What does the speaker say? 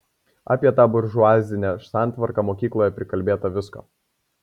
apie tą buržuazinę santvarką mokykloje prikalbėta visko